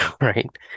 right